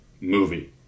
movie